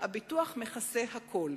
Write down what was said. הביטוח מכסה הכול.